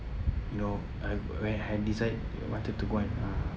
know I where I had decide I wanted to go and uh